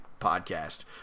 podcast